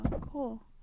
cool